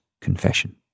confession